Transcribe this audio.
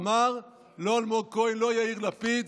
אמר, לא אלמוג כהן, לא יאיר לפיד,